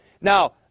Now